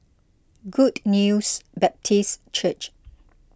Good News Baptist Church